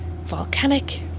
Volcanic